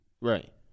Right